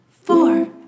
four